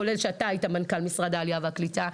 כולל כשאתה היית מנכ"ל משרד העלייה והלקיטה,